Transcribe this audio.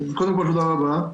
קודם כול, תודה רבה.